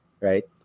right